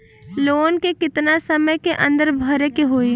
Loan के कितना समय के अंदर भरे के होई?